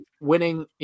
winning